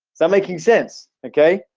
they're making sense, okay?